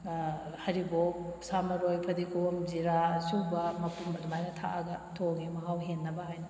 ꯍꯔꯤꯕꯣꯞ ꯁꯥ ꯃꯔꯣꯏ ꯐꯗꯤꯒꯣꯝ ꯖꯤꯔꯥ ꯁꯤꯒꯨꯝꯕ ꯃꯄꯨꯝ ꯑꯗꯨꯃꯥꯏꯅ ꯊꯥꯛꯑꯒ ꯊꯣꯡꯉꯦ ꯃꯍꯥꯎ ꯍꯦꯟꯅꯕ ꯍꯥꯏꯅ